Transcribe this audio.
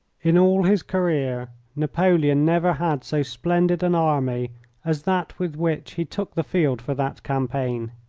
in all his career napoleon never had so splendid an army as that with which he took the field for that campaign.